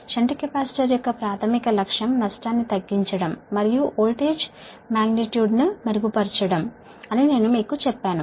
shunt capacitor యొక్క ప్రాధమిక లక్ష్యం నష్టాన్ని తగ్గించడం మరియు వోల్టేజ్ మాగ్నిట్యూడ్ ను మెరుగుపరచడం అని నేను మీకు చెప్పాను